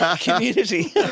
community